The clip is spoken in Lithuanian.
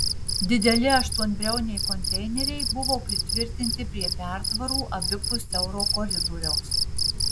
dideli aštuonbriauniai konteineriai buvo pritvirtinti prie pertvarų abipus siauro koridoriaus